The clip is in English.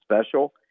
special